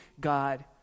God